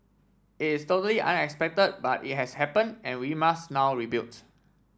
it is totally unexpected but it has happen and we must now rebuild